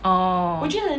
orh